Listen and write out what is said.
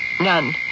none